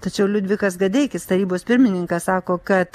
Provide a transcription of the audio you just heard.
tačiau liudvikas gadeikis tarybos pirmininkas sako kad